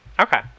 Okay